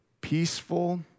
peaceful